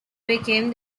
became